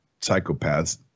psychopaths